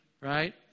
right